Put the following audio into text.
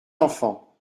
enfant